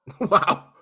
Wow